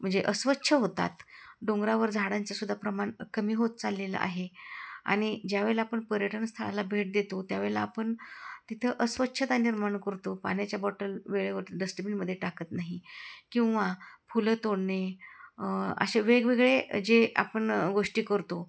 म्हणजे अस्वच्छ होतात डोंगरावर झाडांचंसुद्धा प्रमाण कमी होत चाललेलं आहे आणि ज्यावेळेला आपण पर्यटनस्थळाला भेट देतो त्यावेळेला आपण तिथं अस्वच्छता निर्माण करतो पाण्याच्या बॉटल वेळेवरती डस्टबिनमध्ये टाकत नाही किंवा फुलं तोडणे असे वेगवेगळे जे आपण गोष्टी करतो